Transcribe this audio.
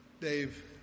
Dave